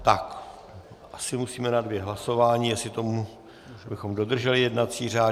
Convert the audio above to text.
Tak, asi musíme na dvě hlasování, abychom dodrželi jednací řád.